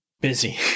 Busy